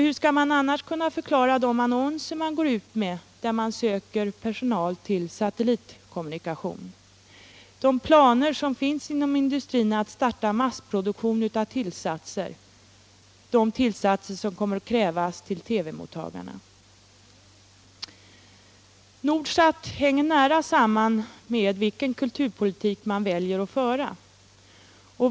Hur kan man annars förklara de annonser där det söks personal till satellitkommunikation och de planer som finns inom den industrin att starta massproduktion av de tillsatser som kommer att krävas till TV-mottagarna? Nordsat hänger nära samman med vilken kulturpolitik man väljer att föra.